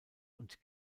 und